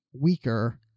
weaker